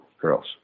girls